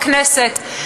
בכנסת,